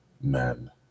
men